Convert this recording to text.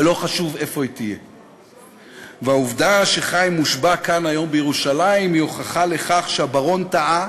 ואת העובדה הזאת, הבית הזה צריך לדעת,